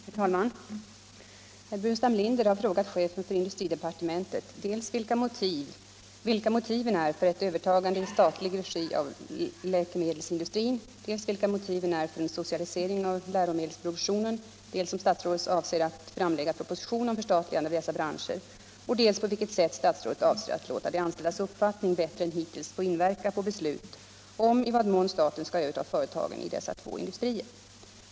Herr talman! Herr Burenstam Linder har frågat chefen för industridepartementet dels vilka motiven är för ett övertagande i statlig regi av läkemedelsindustrin, dels vilka motiven är för en socialisering av läromedelsproduktionen, dels om statsrådet avser att framlägga proposition om förstatligande av dessa branscher och dels på vilket sätt statsrådet avser att låta de anställdas uppfattning bättre än hittills få inverka på beslut om i vad mån staten skall överta företagen i dessa två industrier.